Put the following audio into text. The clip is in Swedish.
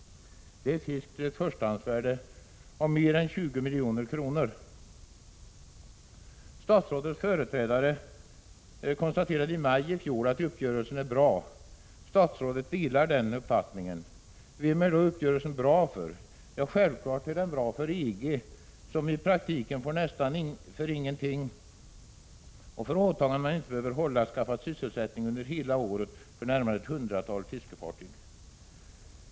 Det är fisk till ett förstahandsvärde av mer än 20 milj.kr. Statsrådets företrädare konstaterade i maj i fjol att uppgörelsen är bra. Statsrådet delar den uppfattningen. För vem är då uppgörelsen bra? Ja, självfallet är den bra för EG, som i praktiken för nästan ingenting, för åtaganden man inte behöver hålla, har skaffat sysselsättning under hela året för närmare ett hundratal fiskefartyg.